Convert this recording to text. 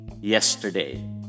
yesterday